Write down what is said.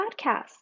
podcast